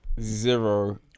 Zero